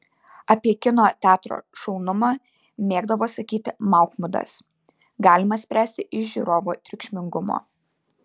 apie kino teatro šaunumą mėgdavo sakyti mahmudas galima spręsti iš žiūrovų triukšmingumo